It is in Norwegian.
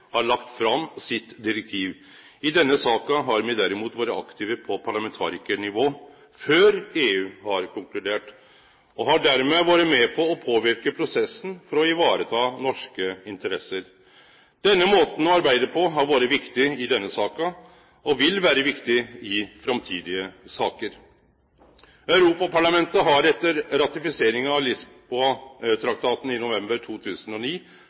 har lagt fram sitt direktiv. I denne saka har me derimot vore aktive på parlamentarikarnivå før EU har konkludert, og har dermed vore med på å påverke prosessen for å ta vare på norske interesser. Denne måten å arbeide på har vore viktig i denne saka, og vil vere viktig i framtidige saker. Europaparlamentet har etter ratifiseringa av Lisboa-traktaten i november 2009